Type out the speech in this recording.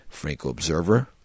FrancoObserver